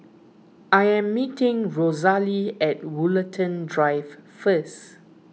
I am meeting Rosalee at Woollerton Drive first